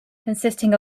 consisting